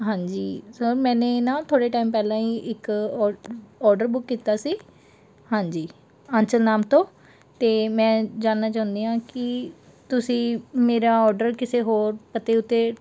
ਹਾਂਜੀ ਸਰ ਮੈਨੇ ਨਾ ਥੋੜ੍ਹੇ ਟਾਈਮ ਪਹਿਲਾਂ ਹੀ ਇੱਕ ਔ ਔਰਡਰ ਬੁੱਕ ਕੀਤਾ ਸੀ ਹਾਂਜੀ ਅੰਚਲ ਨਾਮ ਤੋਂ ਅਤੇ ਮੈਂ ਜਾਣਨਾ ਚਾਹੁੰਦੀ ਹਾਂ ਕਿ ਤੁਸੀਂ ਮੇਰਾ ਔਰਡਰ ਕਿਸੇ ਹੋਰ ਪਤੇ ਉੱਤੇ